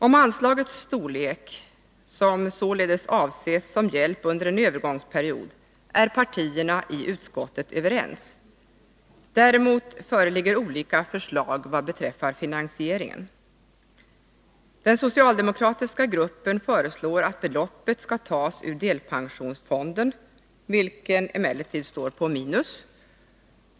Om storleken på anslaget, som således avses som hjälp under en övergångsperiod, är partierna i utskottet överens. Däremot föreligger olika förslag vad beträffar finansieringen. Den socialdemokratiska gruppen föreslår att beloppet skall tas ur delpensionsfonden, vilken emellertid står på minus.